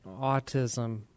autism